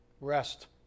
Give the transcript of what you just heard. Rest